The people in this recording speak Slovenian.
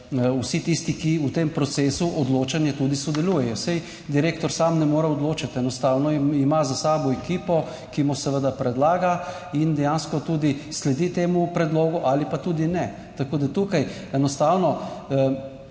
vsi tisti, ki v tem procesu odločanja tudi sodelujejo, saj direktor sam ne more odločati, enostavno ima za sabo ekipo, ki mu seveda predlaga in dejansko tudi sledi temu predlogu ali pa tudi ne. Tako, da tukaj enostavno